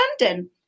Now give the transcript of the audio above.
London